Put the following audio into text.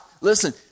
Listen